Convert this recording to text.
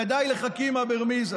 ודי לחכימא ברמיזא.